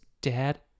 dad